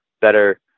Better